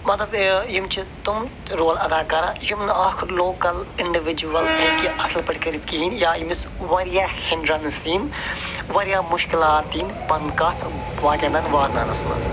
مطلب یِم چھِ تِم رول اَدا کَران یِم نہٕ اکھ لوکل اِںڈِوِجول ہیٚکہِ اَصٕل پٲٹھۍ کٔرِتھ کِہیٖنۍ یا ییٚمِس وارِیاہ ہنٛڈرٮ۪نٕس یِنۍ وارِیاہ مُشکِلات یِنۍ پَنُن کَتھ پاقین تام واتناونس منٛز